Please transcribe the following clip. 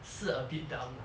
是 a bit dumb lah